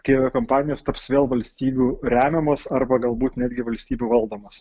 kai aviakompanijos taps vėl valstybių remiamos arba galbūt netgi valstybių valdomos